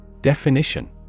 Definition